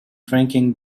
drinking